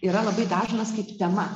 yra labai dažnas kaip tema